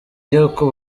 y’uko